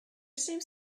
seems